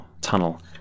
tunnel